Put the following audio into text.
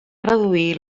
reduir